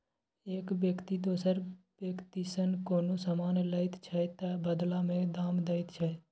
एक बेकती दोसर बेकतीसँ कोनो समान लैत छै तअ बदला मे दाम दैत छै